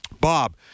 Bob